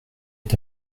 est